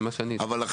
אבל,